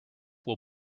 will